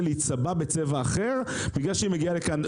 להיצבע בצבע אחר בגלל שהיא מגיעה לכאן.